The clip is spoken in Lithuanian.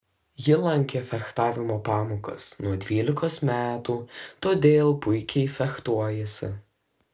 ji lankė fechtavimo pamokas nuo dvylikos metų todėl puikiai fechtuojasi